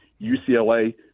UCLA